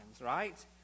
right